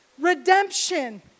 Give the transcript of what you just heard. redemption